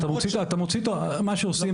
מה שעושים,